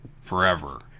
forever